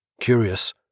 Curious